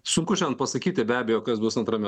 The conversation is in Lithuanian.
sunku šiandien pasakyti be abejo kas bus antrame